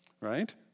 right